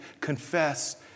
confess